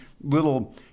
little